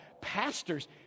pastors